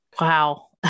Wow